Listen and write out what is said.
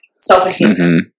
self-esteem